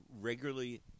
regularly